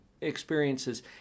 experiences